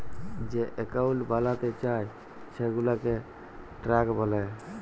যে একাউল্ট বালাতে চায় সেগুলাকে ট্র্যাক ক্যরে